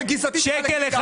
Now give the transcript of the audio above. שקל, שקל.